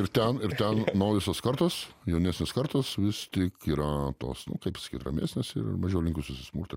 ir ten ir ten naujosios kartos jaunesnės kartos vis tik yra tos nu kaip sakyt ramesnės ir mažiau linkusios į smurtą